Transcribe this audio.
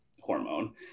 hormone